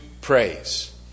praise